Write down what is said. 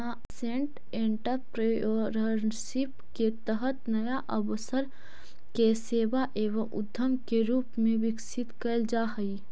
nascent entrepreneurship के तहत नया अवसर के सेवा एवं उद्यम के रूप में विकसित कैल जा हई